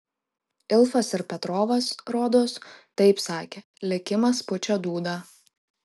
ilfas ir petrovas rodos taip sakė likimas pučia dūdą